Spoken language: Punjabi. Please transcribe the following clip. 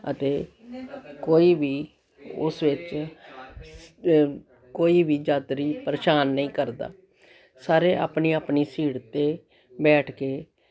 ਅਤੇ ਕੋਈ ਵੀ ਉਸ ਵਿੱਚ ਸ ਕੋਈ ਵੀ ਯਾਤਰੀ ਪਰੇਸ਼ਾਨ ਨਹੀਂ ਕਰਦਾ ਸਾਰੇ ਆਪਣੀ ਆਪਣੀ ਸੀਟ 'ਤੇ ਬੈਠ ਕੇ